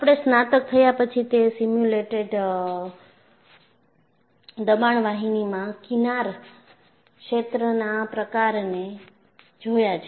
આપણે સ્નાતક થયા પછી તે સિમ્યુલેટેડ દબાણ વાહિનીમાં કિનાર ક્ષેત્રના પ્રકારને જોયા છે